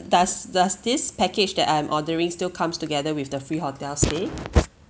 does does this package that I'm ordering still comes together with the free hotel stay